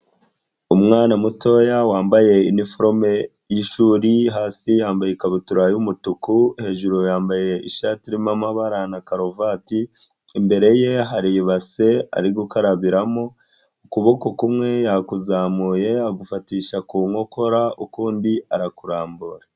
Umwana mutoya wambaye iniforo y'ishuri, hasi yambaye ikabutura y'umutuku, hejuru yambaye ishati irimo amabara na karuvati, imbere ye hari ibase ari gukarabiramo, ukuboko kumwe yakuzamuye agufatisha ku nkokora, ukundi arakurambura.